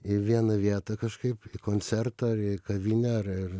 į vieną vietą kažkaip į koncertą ar į kavinę ar ar